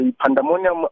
pandemonium